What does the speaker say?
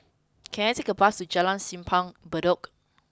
can I take a bus to Jalan Simpang Bedok